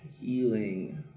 Healing